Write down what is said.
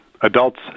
Adults